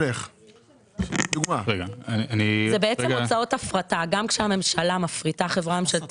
אז בעצם אתה אומר שכל הכנסה עודפת